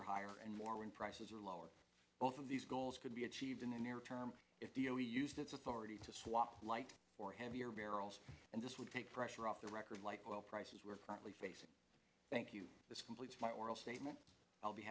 are higher and more when prices are lower both of these goals could be achieved in the near term if we used its authority to swap light or heavier barrels and this would take pressure off the record like oil prices we're currently facing thank you that's completely my oral statement i'll be